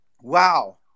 wow